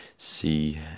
See